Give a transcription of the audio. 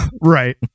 right